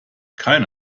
keine